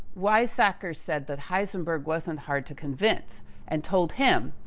weizsacker said that heisenberg wasn't hard to convince and told him,